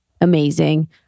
amazing